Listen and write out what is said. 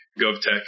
GovTech